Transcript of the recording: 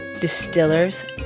distillers